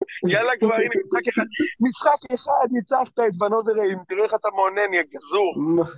יאללה גברים, משחק אחד. משחק אחד, ניצחת את בנוברים. תראה איך אתה מאונן י'גזור.